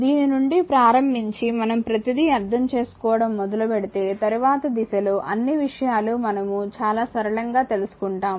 దీని నుండి ప్రారంభించి మనం ప్రతీది అర్థం చేసుకోవడం మొదలుపెడితే తరువాతి దశలో అన్ని విషయాలు మనము చాలా సరళంగా తెలుసుకుంటాము